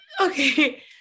okay